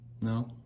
No